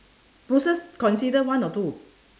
bushes consider one or two